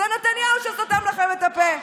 זה נתניהו שסותם לכם את הפה.